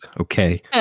Okay